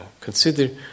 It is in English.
Consider